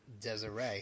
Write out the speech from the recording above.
Desiree